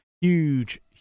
huge